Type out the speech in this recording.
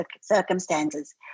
circumstances